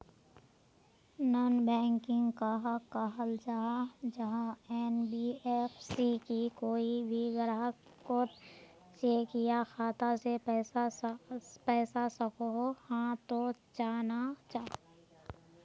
Non banking कहाक कहाल जाहा जाहा एन.बी.एफ.सी की कोई भी ग्राहक कोत चेक या खाता से पैसा सकोहो, हाँ तो चाँ ना चाँ?